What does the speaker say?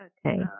Okay